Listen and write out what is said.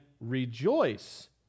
rejoice